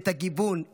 את הגיוון,